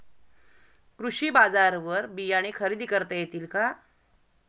कृषी बाजारवर बियाणे खरेदी करता येतील का?